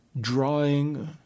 drawing